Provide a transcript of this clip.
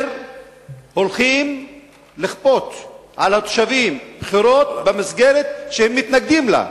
והולכים לכפות על התושבים בחירות במסגרת שהם מתנגדים לה.